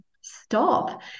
stop